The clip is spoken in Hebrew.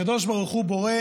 הקדוש ברוך הוא בורא